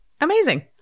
Amazing